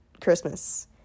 Christmas